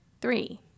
Three